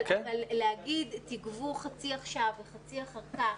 אבל להגיד: תגבו חצי עכשיו וחצי אחר כך,